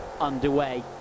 underway